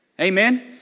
Amen